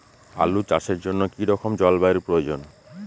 আলু চাষের জন্য কি রকম জলবায়ুর প্রয়োজন?